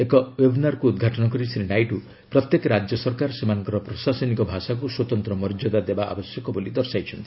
ଏକ ଓ୍ୱେବନାରକୁ ଉଦ୍ଘାଟନ କରି ଶ୍ରୀ ନାଇଡ଼ୁ ପ୍ରତ୍ୟେକ ରାଜ୍ୟ ସରକାର ସେମାନଙ୍କର ପ୍ରଶାସନିକ ଭାଷାକୁ ସ୍ପତନ୍ତ୍ର ମର୍ଯ୍ୟଦା ଦେବା ଆବଶ୍ୟକ ବୋଲି ଦର୍ଶାଇଛନ୍ତି